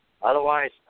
Otherwise